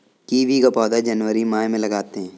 kiwi का पौधा जनवरी माह में लगाते हैं